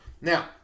Now